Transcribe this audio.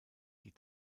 die